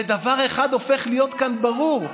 ודבר אחד הופך להיות כאן ברור: